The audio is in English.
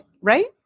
right